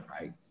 right